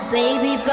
baby